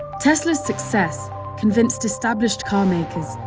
tesla's success convinced established carmakers,